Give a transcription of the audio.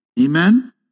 Amen